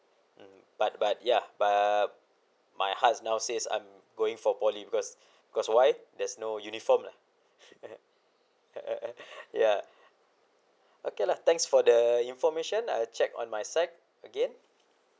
mm but but ya but my heart now says I'm going for poly because because why there's no uniform lah ya okay lah thanks for the information I check on my side again